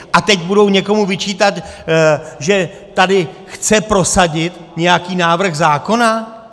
A teď budou někomu vyčítat, že tady chce prosadit nějaký návrh zákona?